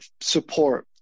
support